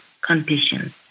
conditions